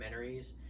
documentaries